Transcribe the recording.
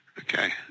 Okay